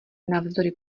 navzdory